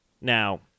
Now